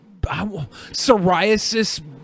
psoriasis